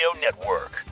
Network